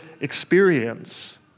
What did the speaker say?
experience